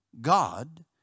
God